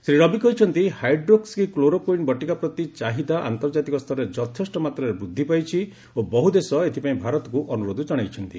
ଶ୍ରୀ ରବି କହିଛନ୍ତି hydroxychloroquine ବଟିକା ପ୍ରତି ଚାହିଦା ଆନ୍ତର୍କାତିକ ସ୍ତରରେ ଯଥେଷ୍ଟ ମାତ୍ରାରେ ବୃଦ୍ଧି ପାଇଛି ଓ ବହୁ ଦେଶ ଏଥିପାଇଁ ଭାରତକୁ ଅନୁରୋଧ ଜଣାଇଛନ୍ତି